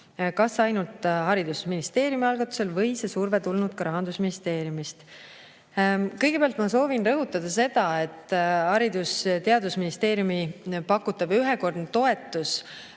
Kas ainult HTM-i algatusel või on see surve tulnud ka Rahandusministeeriumist?" Kõigepealt ma soovin rõhutada seda, et Haridus- ja Teadusministeeriumi pakutav ühekordne toetus